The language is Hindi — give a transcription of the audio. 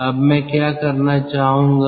अब मैं क्या करना चाहूंगा